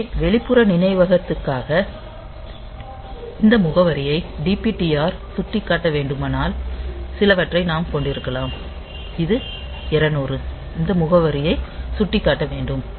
எனவே வெளிப்புற நினைவகத்திற்காக இந்த முகவரியை DPTR சுட்டிக்காட்ட வேண்டுமானால் சிலவற்றை நாம் கொண்டிருக்கலாம் இது 200 இந்த முகவரியை சுட்டிக்காட்ட வேண்டும்